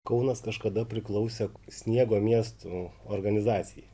kaunas kažkada priklausė sniego miestų organizacijai